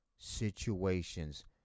situations